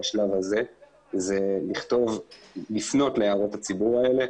בשלב הזה זה לפנות להערות הציבור האלה,